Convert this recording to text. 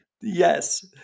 Yes